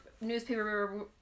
newspaper